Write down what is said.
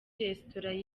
restaurant